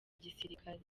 gisirikare